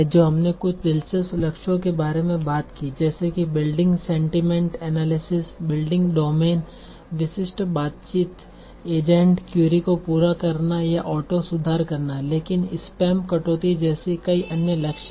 तो हमने कुछ दिलचस्प लक्ष्यों के बारे में बात की जैसे कि building sentiment analysis building domain विशिष्ट बातचीत एजेंट क्वेरी को पूरा करना या ऑटो सुधार करना लेकिन स्पैम कटौती जैसे कई अन्य लक्ष्य हैं